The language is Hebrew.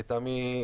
לטעמי,